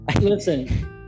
listen